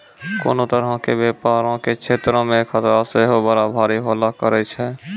कोनो तरहो के व्यपारो के क्षेत्रो मे खतरा सेहो बड़ा भारी होलो करै छै